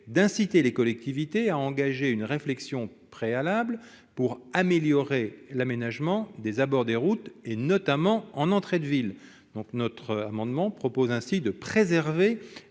d'inciter les collectivités à engager une réflexion préalable pour améliorer l'aménagement des abords des routes, notamment en entrée de ville. Notre amendement tend donc à préserver,